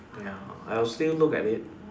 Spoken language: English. ya I'll still look at it